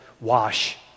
wash